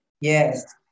Yes